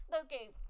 okay